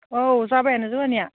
औ जाबायानो जोंहानिया